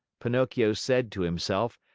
pinocchio said to himself,